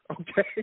okay